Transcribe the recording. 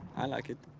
i like it